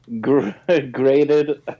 graded